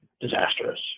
disastrous